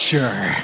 Sure